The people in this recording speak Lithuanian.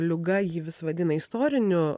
liuga jį vis vadina istoriniu